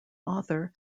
author